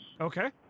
okay